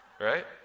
Right